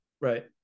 right